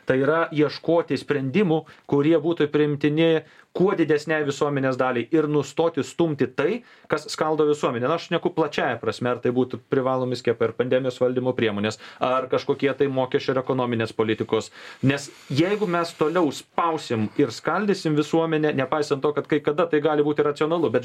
tai yra ieškoti sprendimų kurie būtų priimtini kuo didesnei visuomenės daliai ir nustoti stumti tai kas skaldo visuomenę na aš šneku plačiąja prasme ar tai būtų privalomi skiepai ar pandemijos valdymo priemonės ar kažkokie tai mokesčių ir ekonominės politikos nes jeigu mes toliau spausim ir skaldysim visuomenę nepaisant to kad kai kada tai gali būti racionalu bet